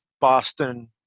Boston